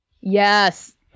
Yes